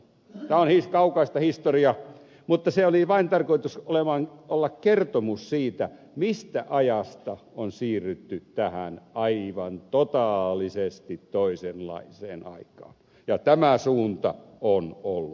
tämä on kaukaista historiaa mutta sen oli vain tarkoitus olla kertomus siitä mistä ajasta on siirrytty tähän aivan totaalisesti toisenlaiseen aikaan ja tämä suunta on ollut hyvä